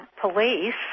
police